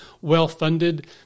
well-funded